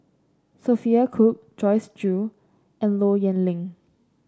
Sophia Cooke Joyce Jue and Low Yen Ling